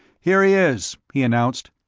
here he is! he announced.